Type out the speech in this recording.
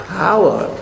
power